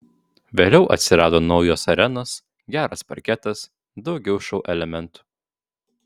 vėliau atsirado naujos arenos geras parketas daugiau šou elementų